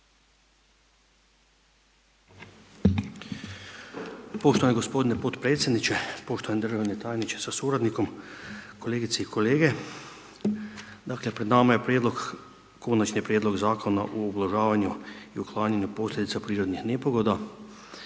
Poštovani gospodine podpredsjedniče, poštovani državni tajniče sa suradnikom, kolegice i kolege, dakle pred nama je prijedlog Konačni prijedlog Zakona ublažavanju i uklanjanju posljedica prirodnih nepogoda